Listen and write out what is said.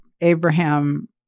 Abraham